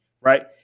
Right